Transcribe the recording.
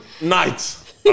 night